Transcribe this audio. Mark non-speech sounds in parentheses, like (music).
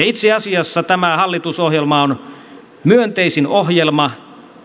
(unintelligible) itse asiassa tämä hallitusohjelma on myönteisin ohjelma